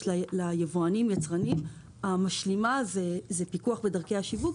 ליבואנים-יצרנים והמשלימה זה פיקוח ודרכי השיווק,